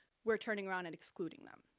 we're turning around and excluding them.